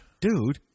Dude